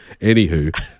Anywho